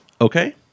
Okay